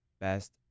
best